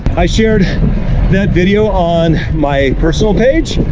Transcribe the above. i shared that video on my personal page,